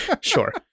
Sure